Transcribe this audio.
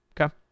Okay